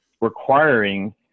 requiring